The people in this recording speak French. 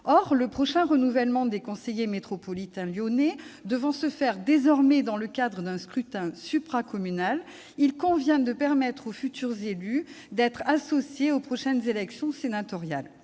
Or le prochain renouvellement des conseillers métropolitains lyonnais devant désormais se faire dans le cadre d'un scrutin supra-communal, il convient de permettre aux futurs élus d'être associés aux prochaines élections sénatoriales.